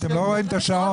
אתם לא רואים את השעון.